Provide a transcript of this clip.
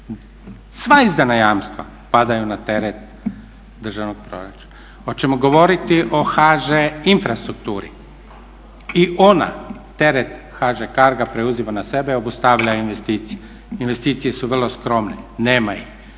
sva izdana jamstva padaju na teret državnog proračuna. Oćemo govoriti o HŽ Infrastrukturi? I onda terete HŽ Cargo-a preuzima na sebe i obustavlja investicije. Investicije su vrlo skromne, nema ih,